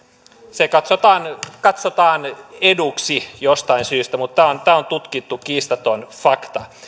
se katsotaan katsotaan eduksi jostain syystä tämä on tutkittu kiistaton fakta